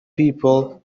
people